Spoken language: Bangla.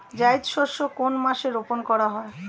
জায়িদ শস্য কোন মাসে রোপণ করা হয়?